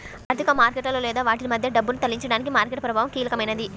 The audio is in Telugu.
ఆర్థిక మార్కెట్లలో లేదా వాటి మధ్య డబ్బును తరలించడానికి మార్కెట్ ప్రభావం కీలకమైనది